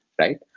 right